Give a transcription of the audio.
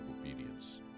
obedience